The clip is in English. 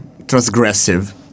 transgressive